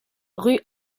rue